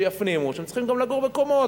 שיפנימו שהם צריכים גם לגור בקומות.